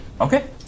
Okay